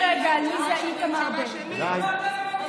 מפלגה שהגישה את הצעת האי-אמון המתלהמת הזאת,